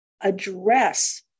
address